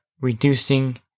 reducing